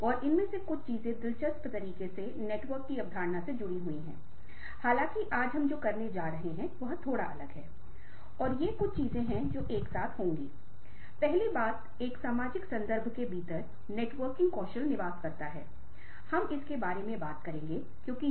और इसके दो पक्ष हैं एक को व्यक्तिगत योग्यता कहा जाता है दूसरे को भावनात्मक बुद्धिमत्ता में सामाजिक योग्यता कहा जाता है मतलबमैं क्या देखता हूं और क्या करता हूं